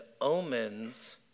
omens